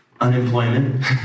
unemployment